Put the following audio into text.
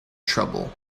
trouble